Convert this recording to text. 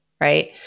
Right